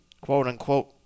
quote-unquote